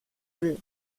will